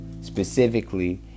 specifically